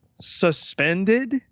suspended